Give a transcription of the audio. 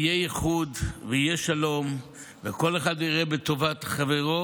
ויהיה איחוד ויהיה שלום וכל אחד יראה בטובת חברו,